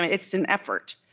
it's an effort